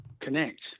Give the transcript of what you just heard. connect